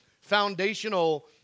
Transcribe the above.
foundational